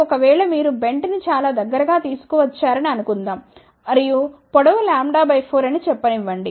ఒక వేళ మీరు బెంట్ ని చాలా దగ్గరగా తీసుకువచ్చారని అనుకుందాం మరియు పొడవు λ 4 అని చెప్పనివ్వండి